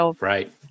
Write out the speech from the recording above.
Right